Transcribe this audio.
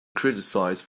criticised